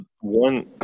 one